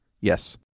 Yes